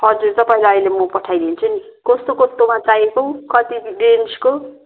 हजुर तपाईँलाई अहिले म पठाइदिन्छु नि कस्तो कस्तोमा चाहिएको कति रेन्जको